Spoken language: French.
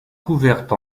couverte